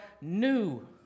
new